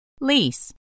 Lease